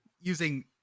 using